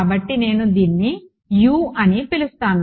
కాబట్టి ఇక్కడ నేను దీన్ని యు అని పిలుస్తాను